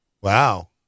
wow